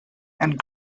and